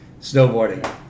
snowboarding